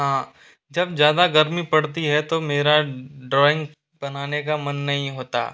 हाँ जब ज़्यादा गर्मी पड़ती है तो मेरा ड्राइंग बनाने का मन नहीं होता